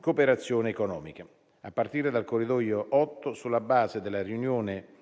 cooperazione economica, a partire dal Corridoio 8, sulla base della riunione